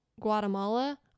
Guatemala